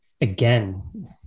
again